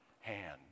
hand